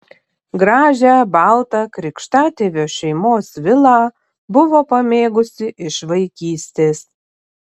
gražią baltą krikštatėvio šeimos vilą buvo pamėgusi iš vaikystės